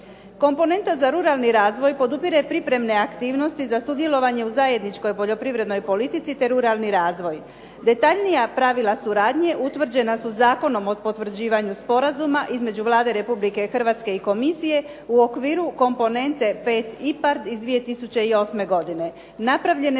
Komponenta za ruralni razvoj podupire pripremne aktivnosti za sudjelovanje u zajedničkoj poljoprivrednoj politici te ruralni razvoj. Detaljnija pravila suradnje utvrđena su zakonom o potvrđivanju Sporazuma između Vlada Republike Hrvatske i komisije u okviru komponente 5 IPARD iz 2008. godine. Napravljene su